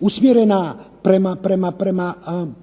usmjerena prema smanjivanju